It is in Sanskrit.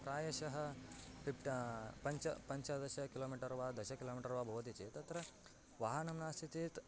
प्रायशः फिप्ट् पञ्च पञ्चादश किलोमिटर् वा दश किलोमिटर् वा भवति चेत् तत्र वाहनं नास्ति चेत्